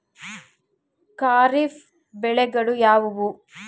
ಖಾರಿಫ್ ಬೆಳೆಗಳು ಯಾವುವು?